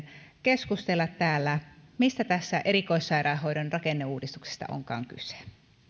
keskustella täällä siitä mistä tässä erikoissairaanhoidon rakenneuudistuksessa onkaan kyse